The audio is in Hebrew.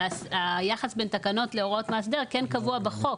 אבל, היחס בין תקנות להוראות מאסדר כן קבוע בחוק.